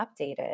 updated